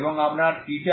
এবং আপনার η কি